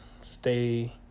stay